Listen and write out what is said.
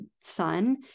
son